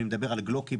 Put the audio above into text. אני מדבר על גלוקים,